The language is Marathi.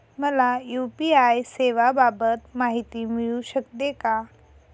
मला यू.पी.आय सेवांबाबत माहिती मिळू शकते का?